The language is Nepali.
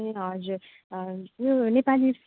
ए हजुर यो नेपाली